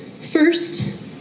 First